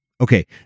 Okay